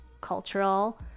cultural